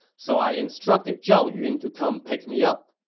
so i instructed zhao yun to come pick me up.